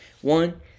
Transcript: one